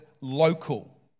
local